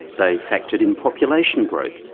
they factored in population growth,